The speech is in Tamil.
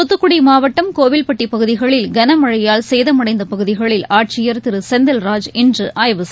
தூத்துக்குடிமாவட்டம் கோவில்பட்டிபகுதிகளில் கனமழையால் சேதமடைந்தபகுதிகளில் ஆட்சியர் திருசெந்திராஜ் இன்றடஆய்வு செய்கார்